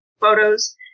photos